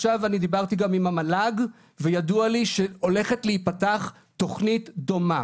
עכשיו אני דיברתי גם על המל"ג וידוע לי שהולכת להיפתח תוכנית דומה